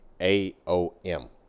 A-O-M